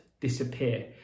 disappear